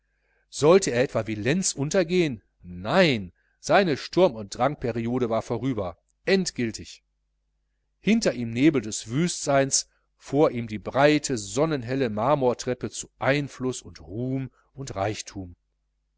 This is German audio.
sollte er etwa wie lenz untergehn nein seine sturm und drangperiode war vorüber endgiltig hinter ihm nebel des wüstseins vor ihm die breite sonnenhelle marmortreppe zu einfluß und ruhm und reichtum